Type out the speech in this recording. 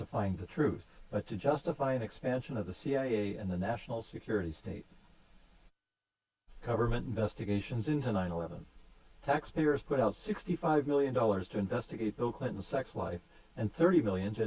to find the truth but to justify an expansion of the cia and the national security state government investigations into nine eleven taxpayers put out sixty five million dollars to investigate bill clinton's sex life and thirty million